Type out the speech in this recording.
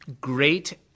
Great